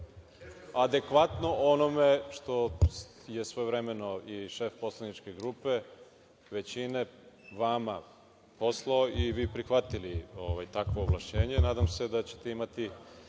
adekvatno onome što je svojevremeno i šef poslaničke grupe većine, vama poslao i vi prihvatili takvo ovlašćenje. Nadam se da ćete imati